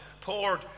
poured